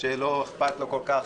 שלא אכפת לו כל כך,